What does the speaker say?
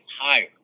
higher